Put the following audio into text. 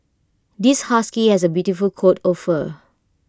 this husky has A beautiful coat of fur